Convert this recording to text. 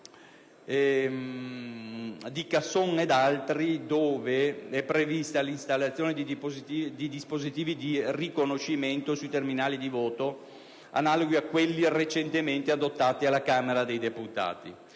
Casson ed altri, si richiede l'installazione di dispositivi di riconoscimento sui terminalidi voto analoghi a quelli recentemente adottati alla Camera dei deputati.